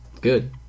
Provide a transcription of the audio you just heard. good